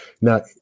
Now